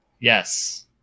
Yes